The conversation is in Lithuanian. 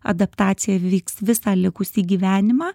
adaptacija vyks visą likusį gyvenimą